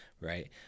right